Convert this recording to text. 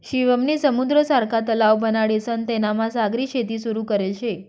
शिवम नी समुद्र सारखा तलाव बनाडीसन तेनामा सागरी शेती सुरू करेल शे